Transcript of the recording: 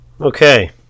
Okay